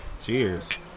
cheers